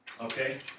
Okay